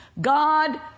God